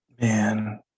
man